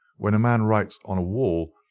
when a man writes on a wall,